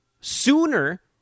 sooner